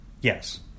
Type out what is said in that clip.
Yes